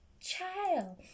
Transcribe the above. child